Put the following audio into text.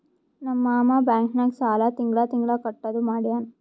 ನಮ್ ಮಾಮಾ ಬ್ಯಾಂಕ್ ನಾಗ್ ಸಾಲ ತಿಂಗಳಾ ತಿಂಗಳಾ ಕಟ್ಟದು ಮಾಡ್ಯಾನ್